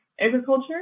agriculture